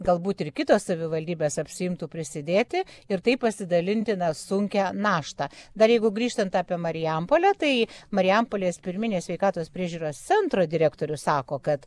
galbūt ir kitos savivaldybės apsiimtų prisidėti ir taip pasidalinti na sunkią naštą dar jeigu grįžtant apie marijampolę tai marijampolės pirminės sveikatos priežiūros centro direktorius sako kad